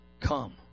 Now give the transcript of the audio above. come